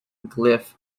glyph